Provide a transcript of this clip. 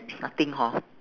nothing hor